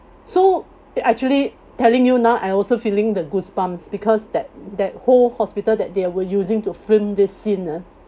so it actually telling you now I also feeling the goosebumps because that that whole hospital that they are were using to film these scene ah